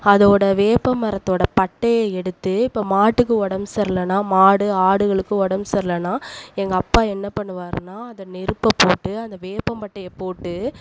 அதோடு வேப்பமரத்தோடய பட்டையை எடுத்து இப்போ மாட்டுக்கு உடம்பு சரிலனா மாடு ஆடுகளுக்கும் உடம் சரிலனா எங்கள் அப்பா என்ன பண்ணுவாருனால் அதை நெருப்பை போட்டு அந்த வேப்பம் பட்டையை போட்டு